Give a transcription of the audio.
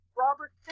Robert